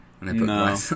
no